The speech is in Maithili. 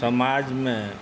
समाजमे